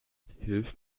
hilf